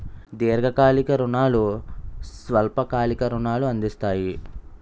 దీర్ఘకాలిక రుణాలు స్వల్ప కాలిక రుణాలు అందిస్తాయి